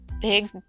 big